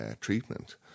treatment